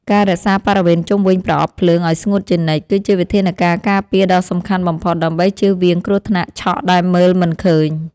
ការរក្សាបរិវេណជុំវិញប្រអប់ភ្លើងឱ្យស្ងួតជានិច្ច គឺជាវិធានការការពារដ៏សំខាន់បំផុតដើម្បីជៀសវាងគ្រោះថ្នាក់ឆក់ដែលមើលមិនឃើញ។